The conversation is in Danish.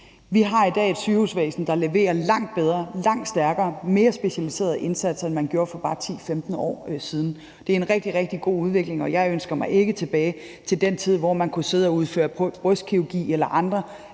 Vi har i dag et sygehusvæsen, der leverer langt bedre, langt stærkere og mere specialiserede indsatser, end man gjorde for bare 10-15 år siden. Det er en rigtig, rigtig god udvikling, og jeg ønsker mig ikke tilbage til den tid, hvor man kunne udføre brystkirurgi eller andet